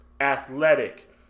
athletic